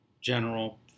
general